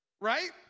right